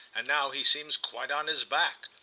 and now he seems quite on his back.